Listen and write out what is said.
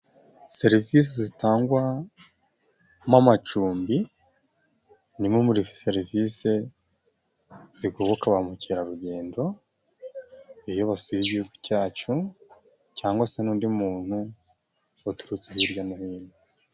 Serivisi zitangwamo amacumbi ni imwemu serivisi zigoboka ba mukerarugendo iyo basuye igihugu cyacu cyangwa se n'undi muntu waturutse hirya no hino.